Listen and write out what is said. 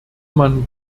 man